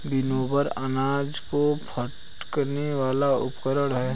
winnower अनाज को फटकने वाला उपकरण है